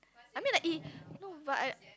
I mean like eh no but I